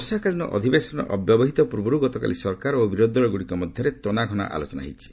ବର୍ଷାକାଳୀନ ଅଧିବେଶନର ଅବ୍ୟବହିତ ପୂର୍ବରୁ ଗତକାଲି ସରକାର ଓ ବିରୋଧୀ ଦଳଗୁଡ଼ିକ ମଧ୍ୟରେ ତନାଘନା ଆଲୋଚନା ହୋଇଛି